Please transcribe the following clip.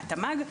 מהתמ"ג,